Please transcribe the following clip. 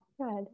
Good